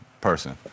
person